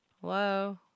Hello